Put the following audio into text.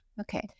Okay